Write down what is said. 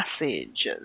messages